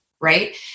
right